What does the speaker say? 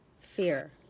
fear